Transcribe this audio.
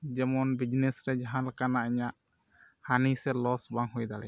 ᱡᱮᱢᱚᱱ ᱵᱤᱡᱽᱱᱮᱥ ᱨᱮ ᱡᱟᱦᱟᱸ ᱞᱮᱠᱟᱱᱜ ᱤᱧᱟᱹᱜ ᱦᱟᱹᱱᱤ ᱥᱮ ᱞᱚᱥ ᱵᱟᱝ ᱦᱩᱭ ᱫᱟᱲᱮᱭᱟᱜ